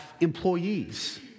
employees